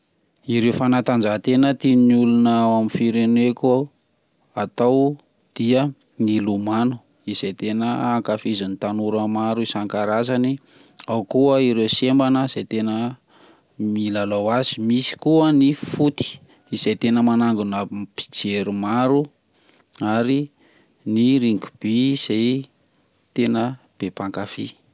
Ireo fanatanjahantena tian'olona ao amin'ny fireneko ao atao dia ny lomano izay tena ankafizan'ny tanora maro isan-karazany ao koa ireo sembana izay tena milalao azy misy koa ny foot izay tena manangona mpijery maro ary ny rugby zay tena be mpankafy.